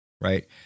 right